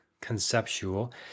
conceptual